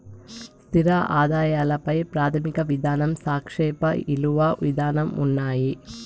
స్థిర ఆదాయాల పై ప్రాథమిక విధానం సాపేక్ష ఇలువ విధానం ఉన్నాయి